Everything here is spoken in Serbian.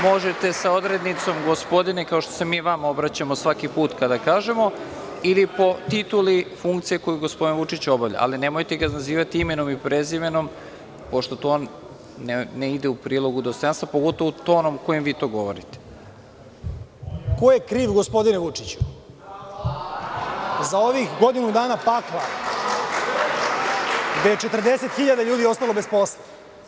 Možete sa odrednicom gospodine, kao što se mi vama obraćamo svaki put kada kažemo ili po tituli funkcije koju gospodin Vučić obavlja, ali nemojte ga nazivati imenom i prezimenom pošto vam to ne ide u prilog, pogotovo tonom kojim vi govorite.) Ko je kriv gospodine Vučiću za ovih godinu dana pakla gde je 40.000 ljudi ostalo bez posla?